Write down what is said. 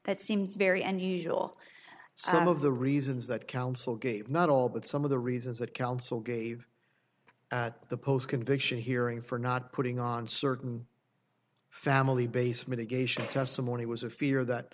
that seems very unusual some of the reasons that counsel gave model but some of the reasons that counsel gave the post conviction hearing for not putting on certain family basement a geisha testimony was a fear that